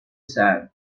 said